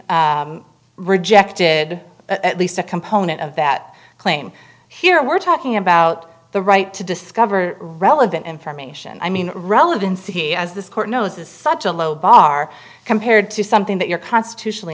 majority rejected at least a component of that claim here we're talking about the right to discover relevant information i mean relevancy as this court knows is such a low bar compared to something that you're constitutionally